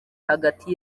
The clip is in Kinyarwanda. hagati